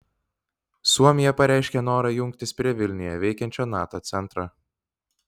suomija pareiškė norą jungtis prie vilniuje veikiančio nato centro